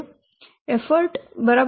effort 3